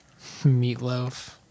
Meatloaf